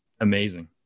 amazing